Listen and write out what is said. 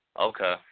Okay